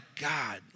God